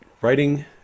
writing